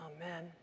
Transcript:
Amen